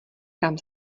kam